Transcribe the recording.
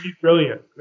Brilliant